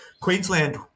Queensland